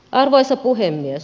arvoisa puhemies